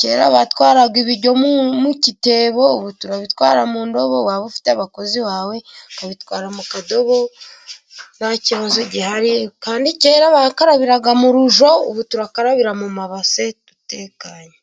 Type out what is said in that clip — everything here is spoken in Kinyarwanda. Kera batwaraga ibiryo mu gitebo, ubu turabitwara mu ndobo, waba ufite abakozi bawe ukabitwara mu kadobo nta kibazo gihari. Kandi kera bakarabiraga mu rujyo ubu turakarabira mu mabase dutekanye.